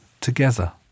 together